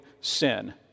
sin